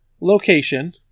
location